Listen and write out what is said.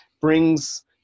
brings